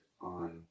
on